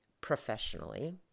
professionally